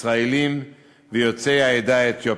ישראלים ויוצאי העדה האתיופית.